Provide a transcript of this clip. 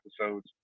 episodes